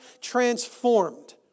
transformed